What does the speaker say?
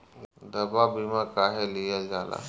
दवा बीमा काहे लियल जाला?